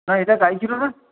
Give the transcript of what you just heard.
ନା ଏଇଟା ଗାଈ କ୍ଷୀର ନା